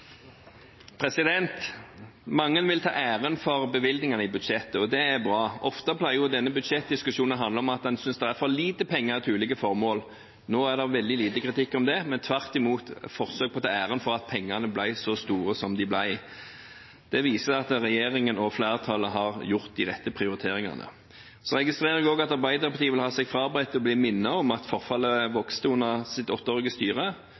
er bra. Ofte pleier jo denne budsjettdiskusjonen å handle om at en synes det er for lite penger til ulike formål. Nå er det veldig lite kritikk av det – det er tvert imot forsøk på å ta æren for at pengesummene ble så store som de ble. Det viser at regjeringen og flertallet har gjort de rette prioriteringene. Jeg registrerer også at Arbeiderpartiet vil ha seg frabedt å bli minnet om at forfallet vokste under deres åtteårige styre,